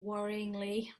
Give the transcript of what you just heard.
worryingly